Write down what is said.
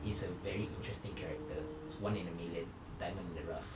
is a very interesting character is one in a million diamond in the rough